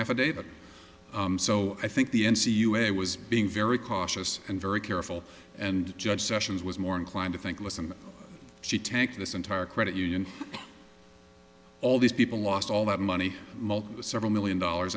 affidavit so i think the n c u a was being very cautious and very careful and judge sessions was more inclined to think listen she tank this entire credit union all these people lost all that money several million dollars